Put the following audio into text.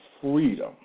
freedom